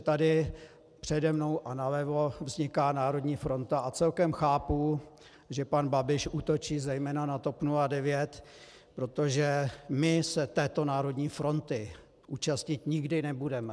Tady přede mnou a nalevo vzniká národní fronta a celkem chápu, že pan Babiš útočí zejména na TOP 09, protože my se této národní fronty účastnit nikdy nebudeme.